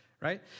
right